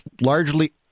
largely